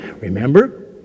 Remember